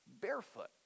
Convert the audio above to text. barefoot